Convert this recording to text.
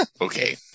Okay